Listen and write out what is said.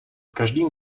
každým